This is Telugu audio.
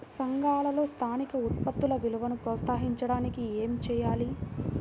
సంఘాలలో స్థానిక ఉత్పత్తుల విలువను ప్రోత్సహించడానికి ఏమి చేయాలి?